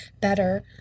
better